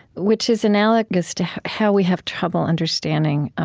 which is analogous to how we have trouble understanding